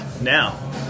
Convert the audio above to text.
now